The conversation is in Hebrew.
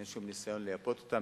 אין שום ניסיון לייפות אותם.